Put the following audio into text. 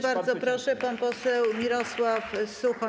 Bardzo proszę, pan poseł Mirosław Suchoń.